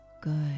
good